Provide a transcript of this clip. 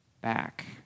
back